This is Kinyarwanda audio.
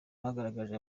bagaragarije